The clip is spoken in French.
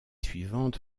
suivante